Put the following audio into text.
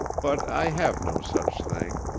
but i have no such thing.